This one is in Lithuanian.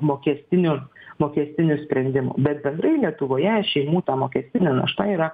mokestinių mokestinių sprendimų bet bendrai lietuvoje šeimų ta mokestinė našta yra